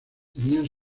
tenían